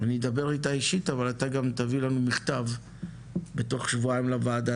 אני אדבר איתה אישית אבל אתה גם תביא לנו מכתב בתוך שבועיים לוועדה,